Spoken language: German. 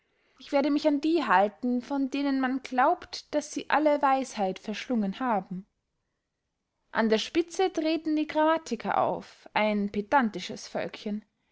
ich werde mich an die halten von denen man glaubt daß sie alle weisheit verschlungen haben an der spitze treten die grammatiker auf ein pedantisches völkchen